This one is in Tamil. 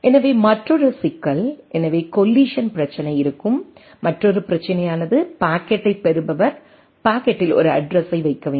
எனவே மற்றொரு சிக்கல் எனவே கொல்லிசன் பிரச்சினை இருக்கும் மற்றொரு பிரச்சினையானது பாக்கெட்டைப் பெறுபவர் பாக்கெட்டில் ஒரு அட்ரஸ்ஸை வைக்க வேண்டும்